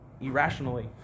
irrationally